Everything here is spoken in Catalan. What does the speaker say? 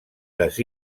les